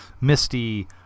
Misty